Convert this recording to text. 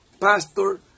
Pastor